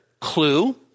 clue